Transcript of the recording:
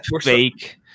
fake